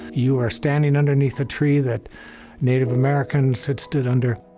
you are standing underneath a tree that native americans had stood under.